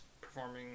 performing